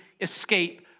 escape